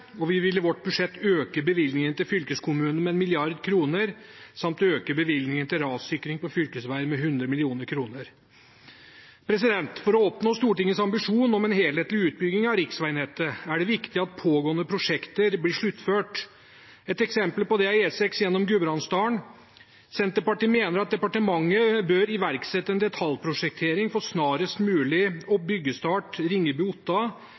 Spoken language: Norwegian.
og vi vil i vårt budsjett øke bevilgningene til fylkeskommunene med 1 mrd. kr samt øke bevilgningen til rassikring på fylkesveger med 100 mill. kr. For å oppnå Stortingets ambisjon om en helhetlig utbygging av riksvegnettet er det viktig at pågående prosjekter blir sluttført. Et eksempel på det er E6 gjennom Gudbrandsdalen. Senterpartiet mener at departementet snarest mulig bør iverksette en detaljprosjektering